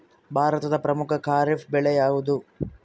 ಭಾರತದ ಪ್ರಮುಖ ಖಾರೇಫ್ ಬೆಳೆ ಯಾವುದು?